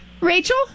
Rachel